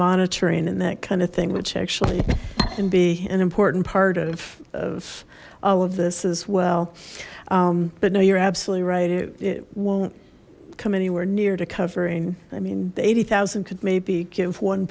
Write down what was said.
monitoring and that kind of thing which actually and be an important part of all of this as well but no you're absolutely right it won't come anywhere near to covering i mean the eighty zero could maybe give one